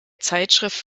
zeitschrift